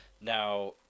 Now